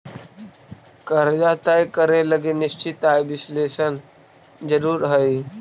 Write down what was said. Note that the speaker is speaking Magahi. कर्जा तय करे लगी निश्चित आय विश्लेषण जरुरी हई